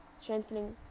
strengthening